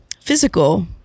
physical